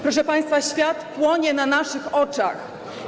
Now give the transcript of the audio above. Proszę państwa, świat płonie na naszych oczach.